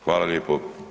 Hvala lijepo.